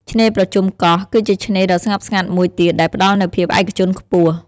ឆ្នេរប្រជុំកោះ គឺជាឆ្នេរដ៏ស្ងប់ស្ងាត់មួយទៀតដែលផ្តល់នូវភាពឯកជនខ្ពស់។